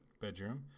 bedroom